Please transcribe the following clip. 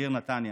העיר נתניה.